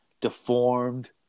deformed